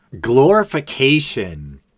glorification